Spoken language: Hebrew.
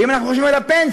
ואם אנחנו חושבים על הפנסיות